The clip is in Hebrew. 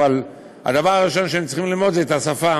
אבל הדבר הראשון שהם צריכים ללמוד זה את השפה.